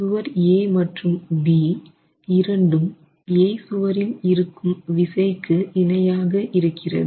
சுவர் A மற்றும் B இரண்டும் A சுவரில் இருக்கும் விசைக்கு இணையாக இருக்கிறது